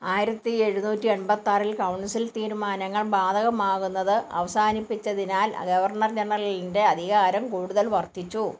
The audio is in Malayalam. ആയിരത്തി എഴുന്നൂറ്റി എൺപത്തി ആറിൽ കൗൺസിൽ തീരുമാനങ്ങൾ ബാധകമാകുന്നത് അവസാനിപ്പിച്ചതിനാൽ ഗവർണർ ജനറലിൻ്റെ അധികാരം കൂടുതൽ വർദ്ധിച്ചു